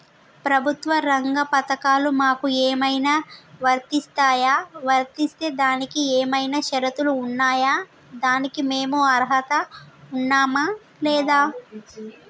ప్రభుత్వ రంగ పథకాలు మాకు ఏమైనా వర్తిస్తాయా? వర్తిస్తే దానికి ఏమైనా షరతులు ఉన్నాయా? దానికి మేము అర్హత ఉన్నామా లేదా?